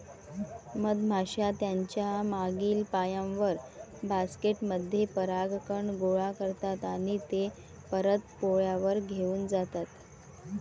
मधमाश्या त्यांच्या मागील पायांवर, बास्केट मध्ये परागकण गोळा करतात आणि ते परत पोळ्यावर घेऊन जातात